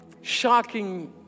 Shocking